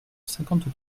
cinquante